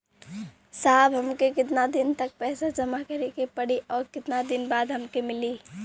साहब हमके कितना दिन तक पैसा जमा करे के पड़ी और कितना दिन बाद हमके मिली?